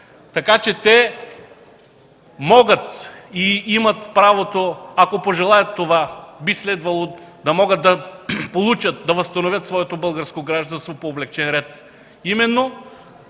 Така че те имат правото, ако пожелаят, и би следвало да могат да възстановят своето българско гражданство по облекчен ред,